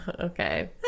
Okay